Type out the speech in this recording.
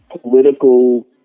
political